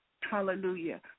hallelujah